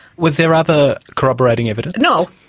was there other corroborating evidence? no,